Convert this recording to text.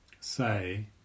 say